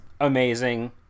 Amazing